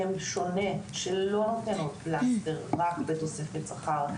שלא נותן עוד פלסטר רק בתוספת שכר,